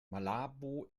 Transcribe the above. malabo